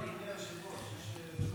אומרים "אדוני היושב-ראש" יש נוהל.